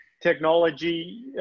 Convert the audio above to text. technology